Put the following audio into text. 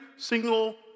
single